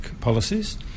policies